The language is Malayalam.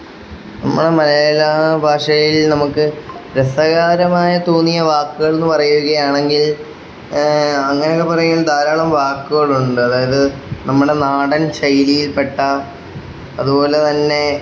നമ്മുടെ മലയാള ഭാഷയിൽ നമുക്ക് രസകരമായി തോന്നിയ വാക്കുകളെന്നു പറയുകയാണെങ്കിൽ അങ്ങനൊക്കെ പറയും ധാരാളം വാക്കുകളുണ്ട് അതായത് നമ്മുടെ നാടൻ ശൈലിയിൽപ്പെട്ട അതുപോലെ തന്നെ